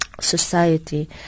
society